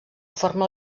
forma